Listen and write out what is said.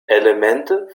elemente